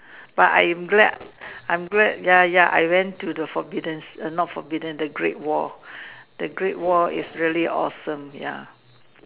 but I'm glad I'm glad ya ya I went to the forbidden ci~ not forbidden the great wall the great wall is really awesome ya